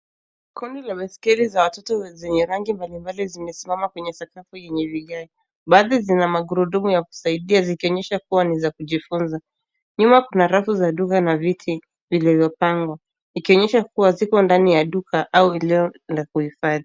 Kundi la baiskeli za watoto zenye rangi mbalimbali zimesimama kwenye sakafu yenye vigae, baadhi zina magurudumu ya kusaidia zikionyesha kuwa ni ya kujifunza. Nyuma kuna rafu za duka na viti viliyopangwa ikionyesha kuwa viko ndani ya duka au eneo la kuhifadhi.